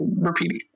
repeating